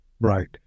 Right